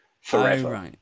forever